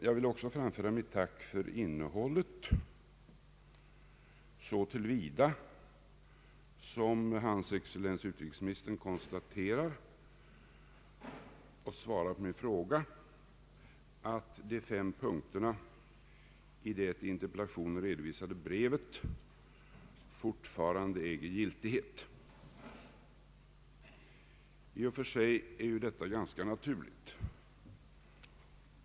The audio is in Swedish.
Jag vill även framföra mitt tack för innehållet så till vida som hans excellens utrikesministern konstaterar såsom svar på min fråga, att de fem punkterna i det i interpellationen redovisade brevet fortfarande äger giltighet. I och för sig är ju detta ganska naturligt.